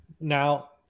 Now